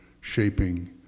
shaping